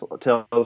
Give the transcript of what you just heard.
tells